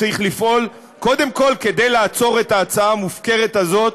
צריך לפעול קודם כול כדי לעצור את ההצעה המופקרת הזאת,